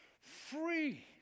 Free